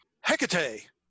Hecate